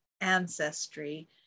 ancestry